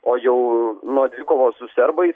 o jau nuo dvikovos su serbais